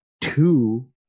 two